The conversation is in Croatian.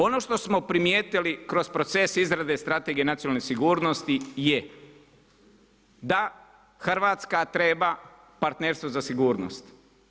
Ono što smo primijetili kroz proces izrade Strategije nacionalne sigurnosti je da Hrvatska treba partnerstvo za sigurnost.